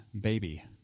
baby